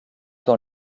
dans